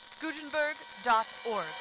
gutenberg.org